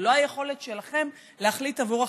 ולא היכולת שלכם להחליט בעבור אחרים.